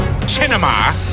Cinema